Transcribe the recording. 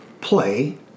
play